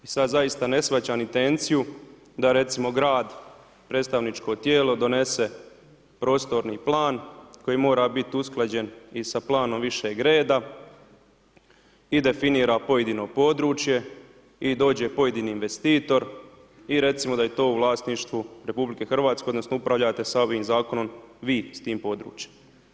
I sada zaista ne shvaćam intenciju da recimo grad predstavničko tijelo donese prostorni plan koji mora biti usklađen i sa planom višeg reda i definira pojedino područje i dođe pojedini investitor i recimo da je to u vlasništvu RH odnosno upravljate sa ovim zakonom vi s tim područjem.